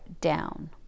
down